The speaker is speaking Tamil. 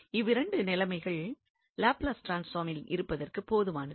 இவ்விரண்டு நிலைமைகள் லாப்லஸ் ட்ரான்ஸ்பார்மின் இருப்பிற்கு போதுமானது